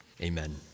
Amen